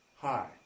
Hi